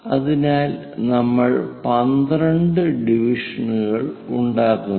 അതിനാൽ നമ്മൾ 12 ഡിവിഷനുകൾ ഉണ്ടാക്കുന്നു